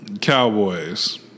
Cowboys